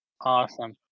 Awesome